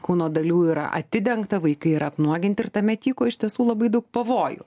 kūno dalių yra atidengta vaikai yra apnuoginti ir tame tyko iš tiesų labai daug pavojų